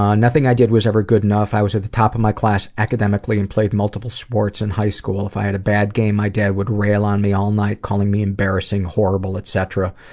nothing i did was ever good enough. i was at top of my class academically and played multiple sports in high school. if i had a bad game, my dad would rail on me all night, calling me embarrassing, horrible, etc.